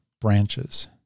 branches